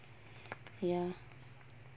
ya